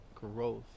growth